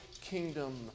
kingdom